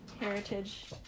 heritage